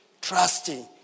trusting